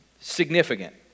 significant